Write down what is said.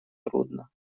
трудно